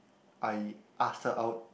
I asked her out